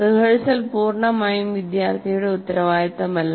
rehearsal പൂർണ്ണമായും വിദ്യാർത്ഥിയുടെ ഉത്തരവാദിത്തമല്ല